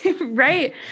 right